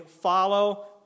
follow